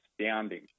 astounding